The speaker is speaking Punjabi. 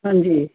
ਹਾਂਜੀ